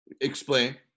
explain